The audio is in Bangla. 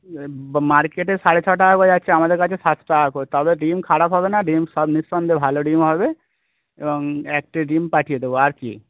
মার্কেটে সাড়ে ছ টাকা করে যাচ্ছে আমাদের কাছে সাত টাকা করে তবে ডিম খারাপ হবে না ডিম সব নিঃসন্দেহে ভালো ডিম হবে এবং এক ট্রে ডিম পাঠিয়ে দেবো আর কি